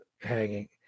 hanging